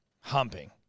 Humping